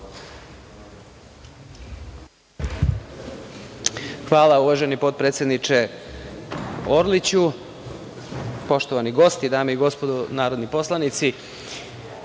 Hvala uvaženi potpredsedniče Orliću. Poštovani gosti, dame i gospodo narodni poslanici,